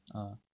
ah